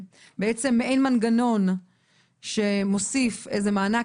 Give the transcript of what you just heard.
בעצם אין מנגנון שמוסיף איזה שהוא מענק